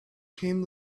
came